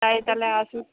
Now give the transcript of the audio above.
তাই তাহলে আসুক